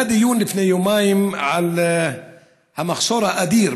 היה דיון לפני יומיים על המחסור האדיר